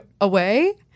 away